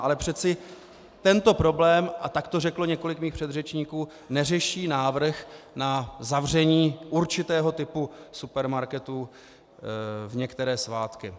Ale přeci tento problém, a tak to řeklo několik mých předřečníků, neřeší návrh na zavření určitého typu supermarketu v některé svátky.